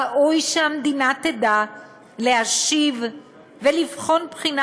ראוי שהמדינה תדע להשיב ולבחון בחינה